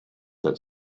that